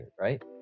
right